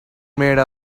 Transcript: made